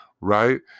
right